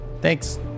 Thanks